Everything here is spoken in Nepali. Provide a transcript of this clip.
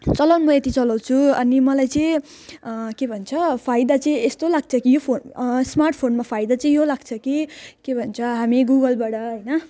चलाउनु यति म चलाउँछु अनि मलाई चाहिँ के भन्छ फाइदा चाहिँ यस्तो लाग्छ कि यो फोन स्मार्टफोनमा फाइदा चाहिँ यो लाग्छ कि के भन्छ हामी गुगलबाट होइन